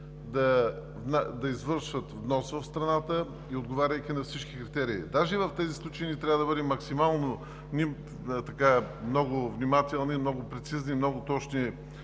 да извършват внос в страната, отговаряйки на всички критерии? Даже и в тези случаи ние трябва да бъдем максимално внимателни, много прецизни и много точни